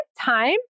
time